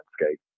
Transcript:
landscape